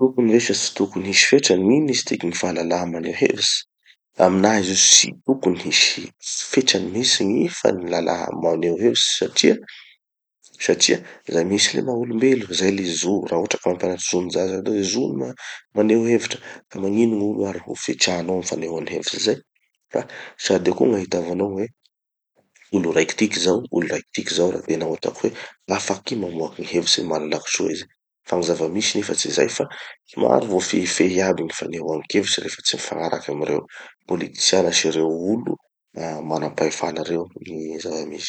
Tokony ve sa tsy tokon'ny hisy fetrany, gn'ino izy tiky, gny fahalalaha maneho hevitsy? Aminaha izy io tsy tokony hisy fetrany mihitsy gny fahalala maneho hevitsy satria, satria zay mihitsy le maha olom-belo, zay le zo. Raha ohatsy ka mampianatsy zon'ny zaza hanao hoe: zo gny ma- maneho hevitra. Ka magnino gn'olo ary ho fetranao amy fanehoany hevitsy zay? Da, sady eo koa gn'ahitavanao hoe olo raiky tiky zao, olo raiky tiky zao da tena ataoko hoe afaky mamoaky gny hevitsiny malalaky soa izy. Fa gny zava-misy nefa tsy zay fa somary voafehifehy aby gny fanehoan-kevitsy rehefa tsy mifagnaraky amy reo politiana sy ireo olo ah manam-pahefana reo. Gny zava-misy.